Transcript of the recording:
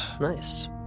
Nice